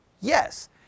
Yes